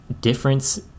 difference